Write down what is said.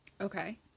Okay